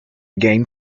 game